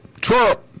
Trump